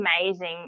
amazing